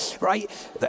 right